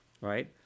Right